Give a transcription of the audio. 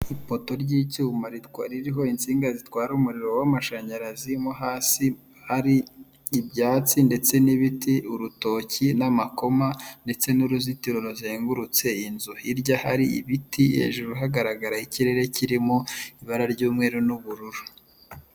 Ipoto ry'icyuma ritwa ririho insinga zitwara umuriro w'amashanyarazi mo hasi ari ibyatsi ndetse n'ibiti urutoki n'amakoma ndetse n'uruzitiro ruzengurutse inzu hirya hari ibiti hejuru hagaragara ikirere kirimo ibara ry'umweru n'ubururu.